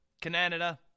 Canada